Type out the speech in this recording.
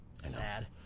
sad